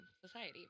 society